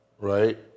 right